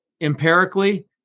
empirically